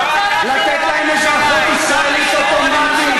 לתת להם אזרחות ישראלית אוטומטית,